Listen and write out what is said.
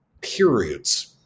periods